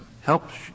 helps